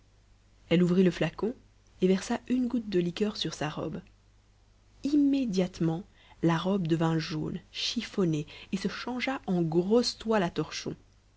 elle ouvrit le flacon et versa une goutte de liqueur sur sa robe immédiatement la robe devint jaune chiffonnée et se changea en grosse toile à torchons